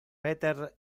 peter